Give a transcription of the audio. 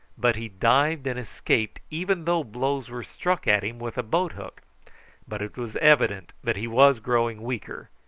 but he dived and escaped even though blows were struck at him with a boat-hook but it was evident that he was growing weaker,